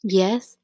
yes